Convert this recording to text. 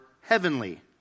heavenly